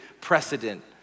precedent